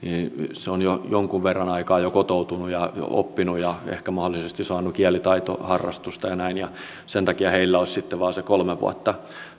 hän on jo jonkun verran aikaa kotoutunut ja oppinut ja ehkä mahdollisesti saanut kielitaitoharrastusta ja näin edelleen sen takia heillä olisi sitten vain kolme vuotta